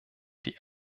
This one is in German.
die